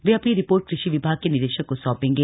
वे अपनी रिपोर्ट कृषि विभाग के निदेशक को सौंपेंगे